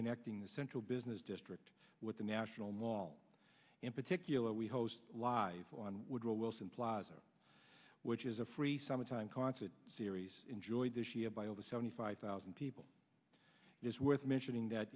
connecting the central business district with the national mall in particular we host live on woodrow wilson plaza which is a free summertime concert series enjoyed this year by over seventy five thousand people it's worth mentioning that